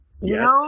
yes